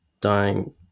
dying